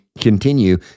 continue